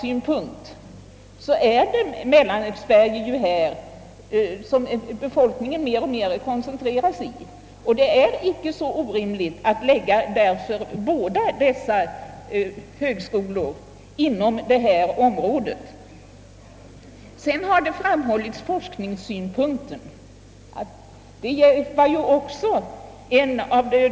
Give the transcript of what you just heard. Det är därför inte så orimligt, vare sig ur rekryteringseller avnämarsynpunkt, att lägga båda dessa högskolor inom detta område. Vidare har = forskningssynpunkten framhållits.